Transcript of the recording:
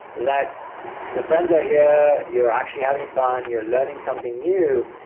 that your friends are here, you're actually having fun. you're learning something new.